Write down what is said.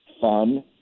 fun